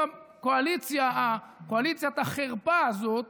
בקואליציית החרפה הזאת